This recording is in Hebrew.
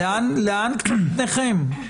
לאן פניכם?